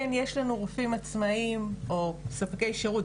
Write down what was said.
כן יש לנו רופאים עצמאיים או ספקי שירות,